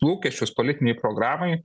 lūkesčius politinei programai